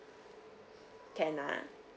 can ah